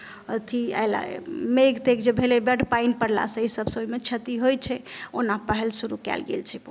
अथी आयल मेघ तेघ जे भेलय बड पानि पड़लासँ ईसभ सभ ओहिमे क्षति होइत छै ओना पहल शुरू कयल गेल छै